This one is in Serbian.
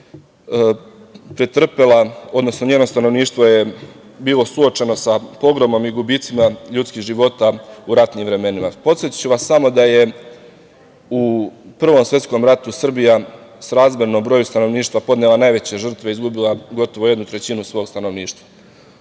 istoriju, odnosno njeno stanovništvo je bilo suočeno sa ozbiljnim gubicima ljudskih života u ratnim vremenima. Podsetiću vas samo da je u Prvom svetskom ratu Srbija srazmerno broju stanovništva podnela najveće žrtve, izgubila gotovo jednu trećinu svog stanovništva.O